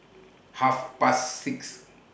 Half Past six